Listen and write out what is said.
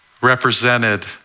represented